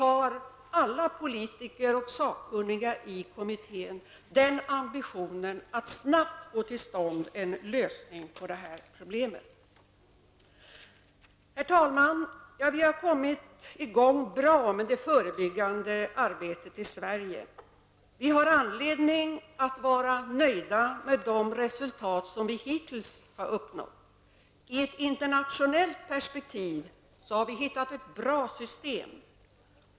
Alla politiker och sakkunniga i kommittén har ambitionen att snabbt få till stånd en lösning på detta problem Herr talman! Vi har kommit i gång bra med det förebyggande arbetet i Sverige. Vi har anledning att vara nöjda med de resultat vi hittills har uppnått. I ett internationellt perspektiv har vi hittat ett bra system.